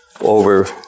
over